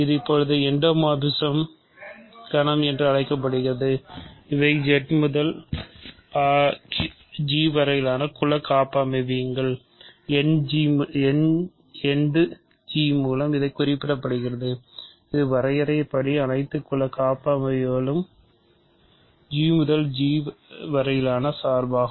இது இப்போது எண்டாமாற்பிஸம் மூலம் இதைக் குறிக்கப்படுகிறது இது வரையறையின்படி அனைத்து குல காப்பமைவிய G முதல் G வரையிலான சார்பாகும்